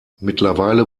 mittlerweile